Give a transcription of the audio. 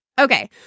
Okay